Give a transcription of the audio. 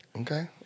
Okay